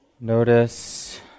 Notice